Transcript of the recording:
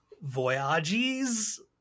Voyages